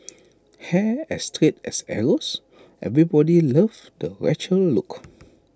hair as straight as arrows everybody loved the Rachel look